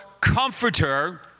comforter